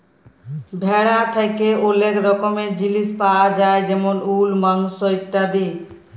ভেড়া থ্যাকে ওলেক রকমের জিলিস পায়া যায় যেমল উল, মাংস ইত্যাদি